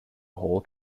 hall